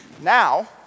Now